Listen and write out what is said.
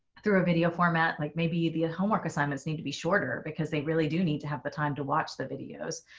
through a video format, like maybe the homework assignments need to be shorter because they really do need to have the time to watch the videos.